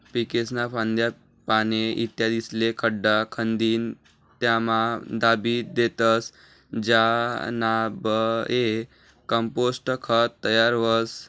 पीकेस्न्या फांद्या, पाने, इत्यादिस्ले खड्डा खंदीन त्यामा दाबी देतस ज्यानाबये कंपोस्ट खत तयार व्हस